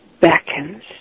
beckons